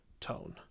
tone